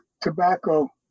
tobacco